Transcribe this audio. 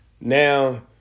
Now